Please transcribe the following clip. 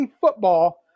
football